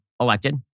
elected